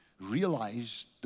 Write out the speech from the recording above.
realize